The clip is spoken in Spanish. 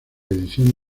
edición